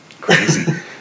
Crazy